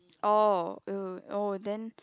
oh !eww! oh then